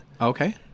Okay